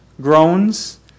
groans